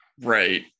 right